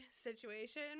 situation